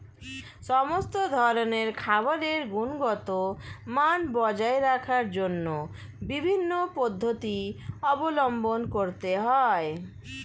সমস্ত ধরনের খাবারের গুণগত মান বজায় রাখার জন্য বিভিন্ন পদ্ধতি অবলম্বন করতে হয়